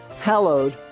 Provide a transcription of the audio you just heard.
hallowed